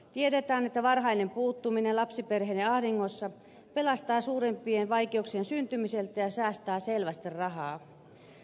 tiedetään että varhainen puuttuminen lapsiperheiden ahdingossa pelastaa suurempien vaikeuksien syntymiseltä ja säästää selvästi rahaa